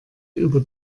über